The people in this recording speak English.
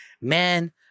Man